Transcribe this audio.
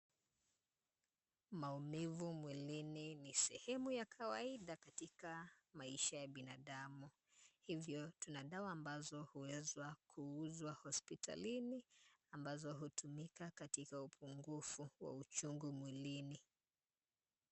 Maumivu mwilini ni sehemu ya kawaida katika maisha ya binadamu. Hivyo tuna dawa ambazo huweza kuuzwa hospitalini ambazo hutumika katika upungufu wa uchungu mwilini.